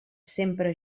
sempre